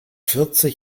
vierzig